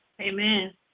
Amen